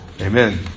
Amen